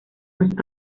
más